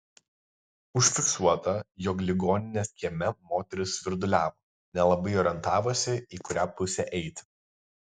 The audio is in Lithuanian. užfiksuota jog ligoninės kieme moteris svirduliavo nelabai orientavosi į kurią pusę eiti